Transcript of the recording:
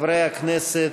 חברי הכנסת,